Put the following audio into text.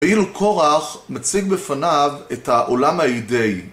ואילו קורח מציג בפניו את העולם האידאי.